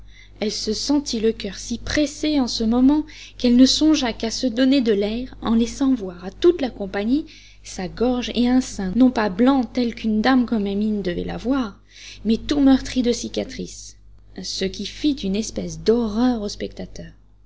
elle se sentit le coeur si pressé en ce moment qu'elle ne songea qu'à se donner de l'air en laissant voir à toute la compagnie sa gorge et un sein non pas blanc tel qu'une dame comme amine devait l'avoir mais tout meurtri de cicatrices ce qui fit une espèce d'horreur aux spectateurs